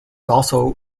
also